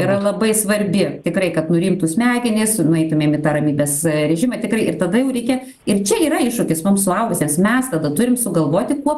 yra labai svarbi tikrai kad nurimtų smegenys nueitumėm į tą ramybės režimą tikrai ir tada jau reikia ir čia yra iššūkis mums suaugusiems mes tada turim sugalvoti kuo